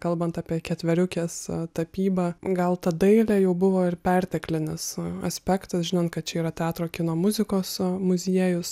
kalbant apie ketveriukės tapybą gal ta dailė jau buvo ir perteklinis aspektas žinant kad čia yra teatro kino muzikos muziejus